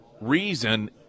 reason